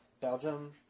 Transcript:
Belgium